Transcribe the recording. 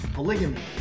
Polygamy